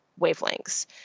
wavelengths